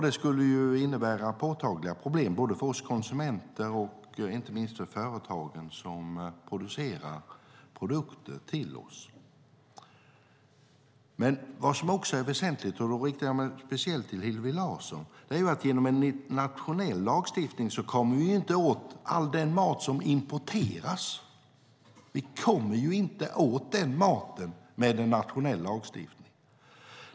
Det skulle innebära påtagliga problem både för oss konsumenter och inte minst för företagen som producerar produkter till oss. Det som också är väsentligt - då riktar jag mig speciellt till Hillevi Larsson - är att vi genom nationell lagstiftning inte kommer åt all den mat som importeras. Vi kommer inte åt den maten med en nationell lagstiftning.